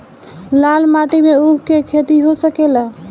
लाल माटी मे ऊँख के खेती हो सकेला?